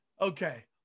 Okay